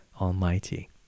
Almighty